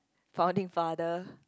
founding father